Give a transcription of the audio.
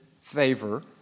favor